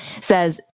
Says